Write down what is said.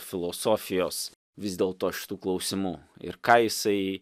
filosofijos vis dėlto šitų klausimų ir ką jisai